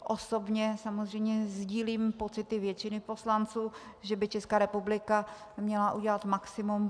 Osobně samozřejmě sdílím pocity většiny poslanců, že by Česká republika měla udělat maximum.